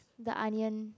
the onion